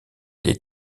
des